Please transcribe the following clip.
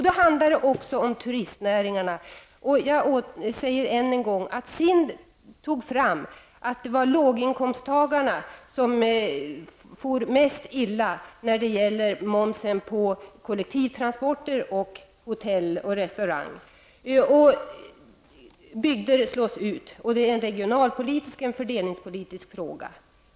Då handlar det även om turistnäringen. Jag vill därför än en gång säga att SIND kom fram till att det var låginkomsttagarna som for mest illa när det gäller momsen på kollektivtransporter, hotell och restaurangr, och bygder slås ut. Detta är därför en regionalpolitisk och fördelningspolitisk fråga.